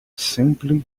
simply